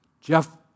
Jeff